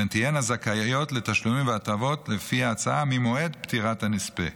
והן תהיינה זכאיות לתשלומים והטבות לפי ההצעה ממועד פטירת הנספה,